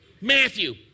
Matthew